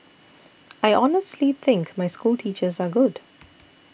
I honestly think my schoolteachers are good